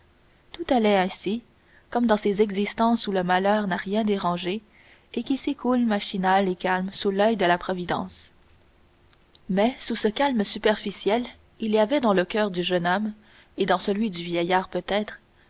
tout allait ainsi comme dans ces existences où le malheur n'a rien dérangé et qui s'écoulent machinales et calmes sous l'oeil de la providence mais sous ce calme superficiel il y avait dans le coeur du jeune homme et dans celui du vieillard peut-être